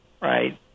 right